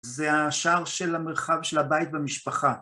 זה השער של המרחב של הבית והמשפחה.